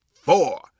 four